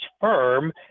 firm